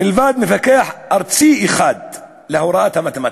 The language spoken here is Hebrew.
מלבד מפקח ארצי אחד להוראת המתמטיקה?